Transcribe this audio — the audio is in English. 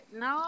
no